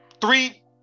three